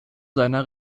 seiner